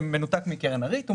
במנותק מקרן ריט.